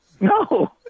No